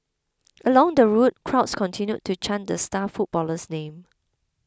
along the route crowds continued to chant the star footballer's name